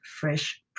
fresh